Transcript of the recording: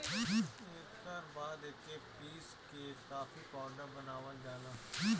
एकर बाद एके पीस के कॉफ़ी पाउडर बनावल जाला